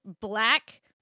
black